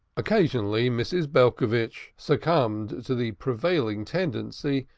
occasionally, mrs. belcovitch succumbed to the prevailing tendency,